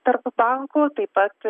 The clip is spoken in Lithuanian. tarp bankų taip pat